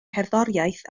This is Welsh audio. cerddoriaeth